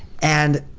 and,